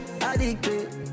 Addicted